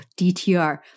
DTR